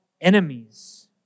enemies